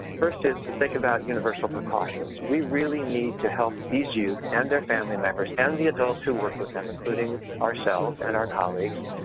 first is to think about universal precautions. we really need to help these youth and their family members and the adults who work with them, including ourselves and our colleagues,